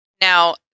Now